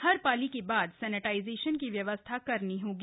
हर पाली के बाद सैनेटाइजेशन की व्यवस्था करनी होगी